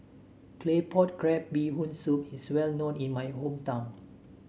Claypot Crab Bee Hoon Soup is well known in my hometown